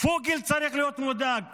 פוגל צריך להיות מודאג.